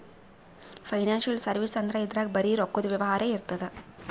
financial service ಅಂದ್ರ ಇದ್ರಾಗ್ ಬರೀ ರೊಕ್ಕದ್ ವ್ಯವಹಾರೇ ಇರ್ತದ್